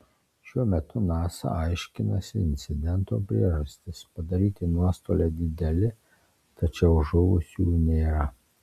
šiuo metu nasa aiškinasi incidento priežastis padaryti nuostoliai dideli tačiau žuvusiųjų nėra